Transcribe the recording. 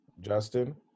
Justin